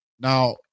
Now